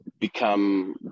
become